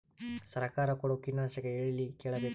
ಸರಕಾರ ಕೊಡೋ ಕೀಟನಾಶಕ ಎಳ್ಳಿ ಕೇಳ ಬೇಕರಿ?